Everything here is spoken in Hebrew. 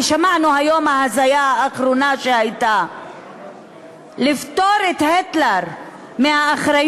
ושמענו היום את ההזיה האחרונה: לפטור את היטלר מהאחריות,